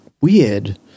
weird